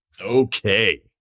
okay